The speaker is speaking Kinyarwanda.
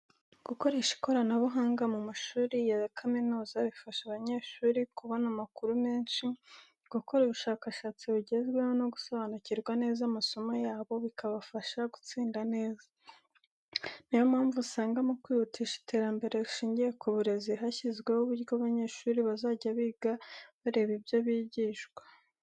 Gukoresha ikoranabuhanga mu mashuri ya kaminuza bifasha abanyeshuri kubona amakuru menshi, gukora ubushakashatsi bugezweho no gusobanukirwa neza amasomo yabo, bikabafasha gutsinda neza. Ni yo mpamvu usaga mu kwihutisha iterambere rishingiye ku burezi, hashyizweho uburyo abanyeshuri bazajya biga bareba ibyo bigishwa.